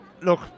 look